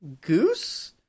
goose